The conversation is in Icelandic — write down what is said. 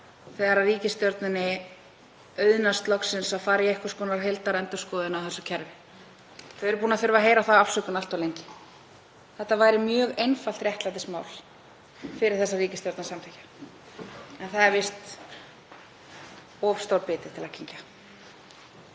þegar ríkisstjórninni auðnast loksins að fara í einhvers konar heildarendurskoðun á þessu kerfi. Við erum búin að þurfa að heyra þá afsökun allt of lengi. Það væri mjög einfalt réttlætismál fyrir þessa ríkisstjórn að samþykkja þetta en það er víst of stór biti að kyngja.